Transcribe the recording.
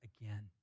again